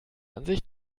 ansicht